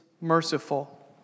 merciful